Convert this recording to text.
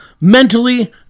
mentally